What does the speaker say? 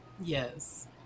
Yes